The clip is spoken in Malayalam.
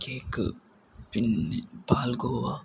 കേക്ക് പിന്നെ പാൽഗോവ